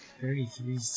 Thirty-three